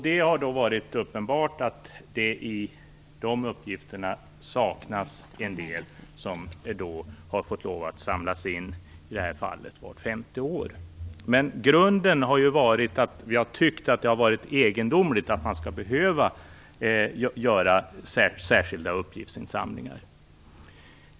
Det har då varit uppenbart att det i de uppgifterna saknas en del, som har fått samlas in, i det här fallet vart femte år. Men i grunden har vi tyckt att det varit egendomligt att man skall behöva göra särskilda uppgiftsinsamlingar.